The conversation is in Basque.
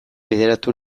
bideratu